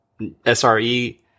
SRE